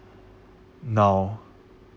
now